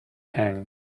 hanged